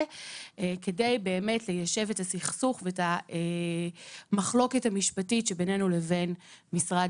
כדי ליישב את הסכסוך ואת המחלוקת המשפטית שיש בנושא הזה בינינו לבין משרד